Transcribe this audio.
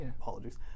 Apologies